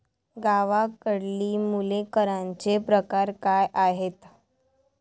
गावाकडली मुले करांचे प्रकार काय आहेत?